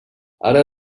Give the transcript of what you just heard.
ara